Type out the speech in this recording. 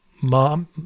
mom